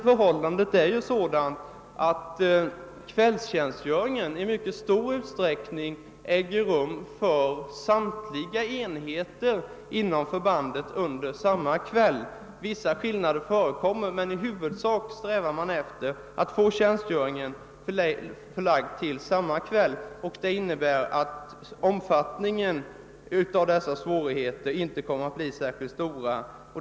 Kvällstjänstgöring förekommer nämligen i mycket stor utsträckning på samma kvällar för samtliga enheter inom förbandet. Vissa skillnader förekommer, men i huvudsak är den tjänstgöringen förlagd till samma kvällar, och då kan svårigheterna i det fallet inte bli särskilt stora.